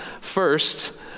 First